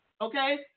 okay